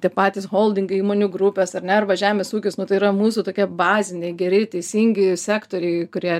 tie patys holdingai įmonių grupės ar ne arba žemės ūkis nu tai yra mūsų tokie baziniai geri teisingi sektoriai kurie